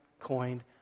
coined